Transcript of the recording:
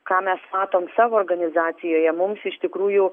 ką mes matom savo organizacijoje mums iš tikrųjų